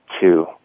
two